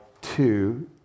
two